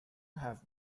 have